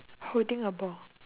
holding a ball